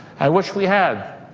i wish we had.